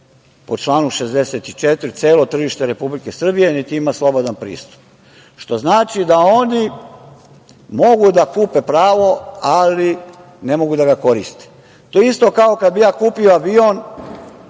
po članu 64. celo tržište Republike Srbije, niti ima slobodan pristup, što znači da oni mogu da kupe pravo, ali ne mogu da ga koriste. To je isto, kao kada bih ja kupio avion,